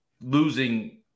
losing